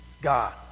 God